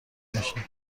باشند